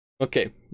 Okay